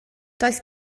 does